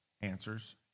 answers